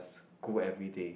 school everyday